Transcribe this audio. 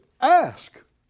ask